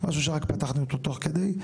משהו שרק פתחנו אותו תוך כדי.